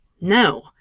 No